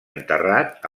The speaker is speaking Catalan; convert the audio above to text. enterrat